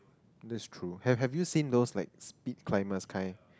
this is true have have you seen those like speed climber kind